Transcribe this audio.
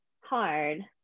hard